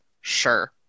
Sure